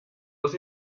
dos